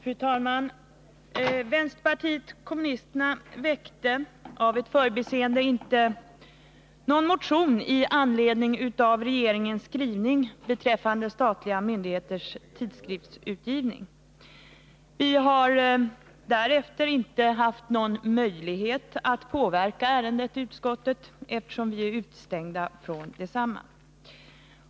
Fru talman! Vänsterpartiet kommunisterna väckte av ett förbiseende inte någon motion i anledning av regeringens skrivning beträffande statliga myndigheters tidskriftsutgivning. Vi har därefter inte haft någon möjlighet att påverka ärendet i utskottet, eftersom vi är utestängda från detsamma.